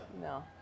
no